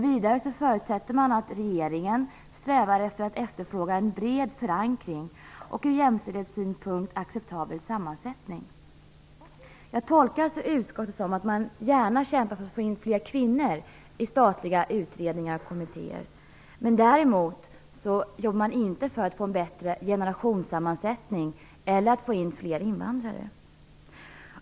Vidare förutsätter man att regeringen strävar efter att efterfråga en bred förankring och från jämställdhetssynpunkt acceptabel sammansättning. Jag tolkar utskottet så att man gärna kämpar för att få in fler kvinnor i statliga utredningar och kommittéer. Däremot gör man ingenting för att förbättra generationssammansättningen eller för att få in fler invandrare.